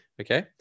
Okay